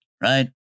Right